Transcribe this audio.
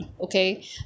okay